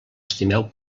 estimeu